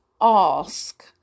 ask